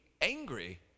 angry